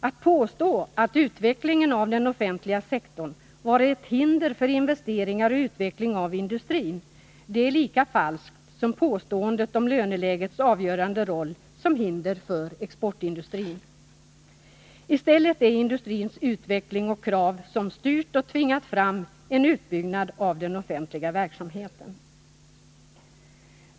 Att påstå att utvecklingen av den offentliga sektorn varit ett hinder för investeringar i och utveckling av industrin är lika falskt som att påstå att löneläget haft en avgörande roll som hinder för exportindustrin. I stället är det industrins utveckling och krav som styrt och tvingat fram en utbyggnad av den offentliga verksamheten.